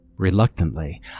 Reluctantly